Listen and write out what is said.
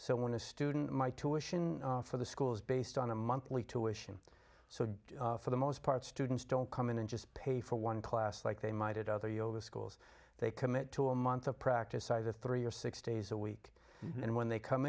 so when a student my tuition for the school is based on a monthly tuition so for the most part students don't come in and just pay for one class like they might at other yoga schools they commit to a month of practice either three or six days a week and when they come